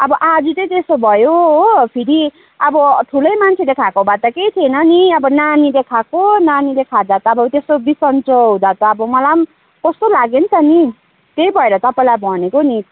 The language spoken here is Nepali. अब आज चाहिँ त्यस्तो भयो हो फेरि अब ठुलै मान्छेले खाएको भए त केही थिएन नि अब नानीले खाएको नानीले खाँदा त त्यस्तो बिसन्चो हुँदा त मलाई पनि कस्तो लाग्यो नि त नि त्यही भएर तपाईँलाई भनेको नि